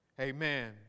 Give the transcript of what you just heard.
amen